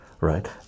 right